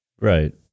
right